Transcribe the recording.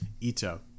Ito